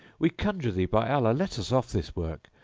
we conjure thee by allah, let us off this work,